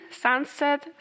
sunset